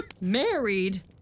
married